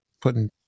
putting